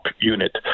unit